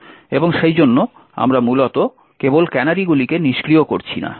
এবং সেইজন্য আমরা মূলত কেবল ক্যানারিগুলিকে নিষ্ক্রিয় করছি না